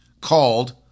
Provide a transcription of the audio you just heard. called